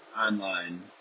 online